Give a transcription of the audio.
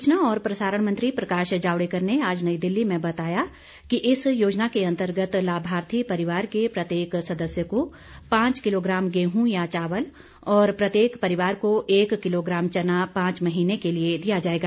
सूचना और प्रसारण मंत्री प्रकाश जावड़ेकर ने आज नई दिल्ली में बताया कि इस योजना के अन्तर्गत लाभार्थी परिवार के प्रत्येक सदस्य को पांच किलोग्राम गेहूं या चावल और प्रत्येक परिवार को एक किलोग्राम चना पांच महीने के लिए दिया जाएगा